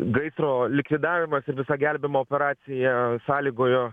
gaisro likvidavimas ir visa gelbėjimo operacija sąlygojo